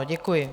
Děkuji.